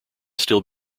still